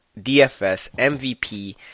dfsmvp